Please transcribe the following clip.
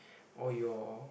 all your